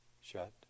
shut